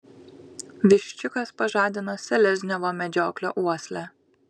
viščiukas pažadina selezniovo medžioklio uoslę